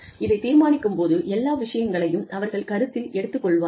இதை தீர்மானிக்கும் போது எல்லா விஷயங்களையும் அவர்கள் கருத்தில் எடுத்துக் கொள்வார்கள்